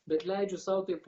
bet leidžiu sau taip